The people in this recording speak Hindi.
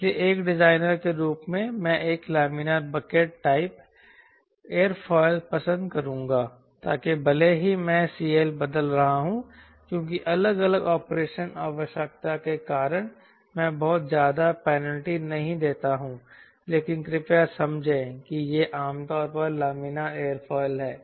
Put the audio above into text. इसलिए एक डिजाइनर के रूप में मैं एक लामिना बकेट टाइप एयरफॉइल पसंद करूंगा ताकि भले ही मैं CL बदल रहा हूं क्योंकि अलग अलग ऑपरेशनल आवश्यकता के कारण मैं बहुत ज्यादा पेनल्टी नहीं देता हूं लेकिन कृपया समझें कि यह आमतौर पर लामिना एयरफॉइल है